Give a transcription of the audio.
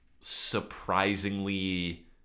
surprisingly